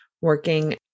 working